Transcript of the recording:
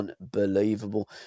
unbelievable